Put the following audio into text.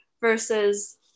versus